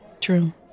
true